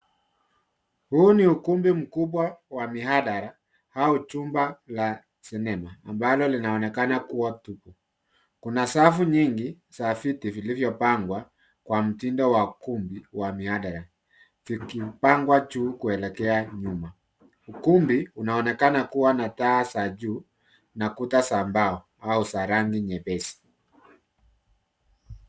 Huu ni ukumbi mkubwa wa mihadhara au chumba cha sinema ambacho kinachoonekana kuwa tupu. Kuna safu nyingi za viti vilivyopangwa kwa mtindo wa ukumbi wa mihadhara, vikiwa vimepangwa kuelekea nyuma. Ukumbi unaonekana kuwa na taa za juu na kuta za mbao au za rangi nyepesi.